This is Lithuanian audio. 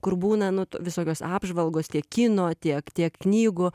kur būna nu visokios apžvalgos tiek kino tiek tiek knygų